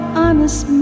honest